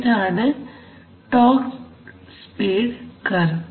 ഇതാണ് torque speed curve